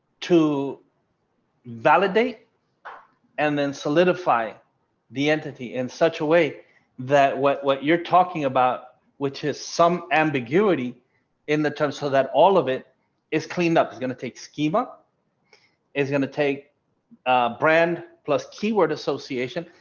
to validate and then solidify the entity in such a way that what what you're talking about, which is some ambiguity in the term, so that all of it is cleaned up is going to take schema is going to take brand plus keyword association.